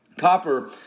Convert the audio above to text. Copper